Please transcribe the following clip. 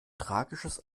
tragisches